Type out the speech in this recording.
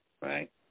right